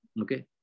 Okay